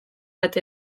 bat